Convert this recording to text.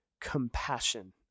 compassion